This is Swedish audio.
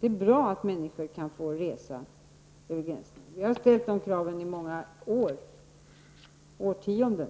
Det är bra att människor kan få resa över gränserna. Vi har ställt de kraven i många årtionden